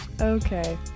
Okay